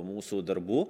mūsų darbų